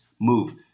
move